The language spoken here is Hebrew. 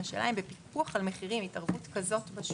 והשאלה אם בפיקוח על מחירים, התערבות כזאת בשוק,